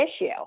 issue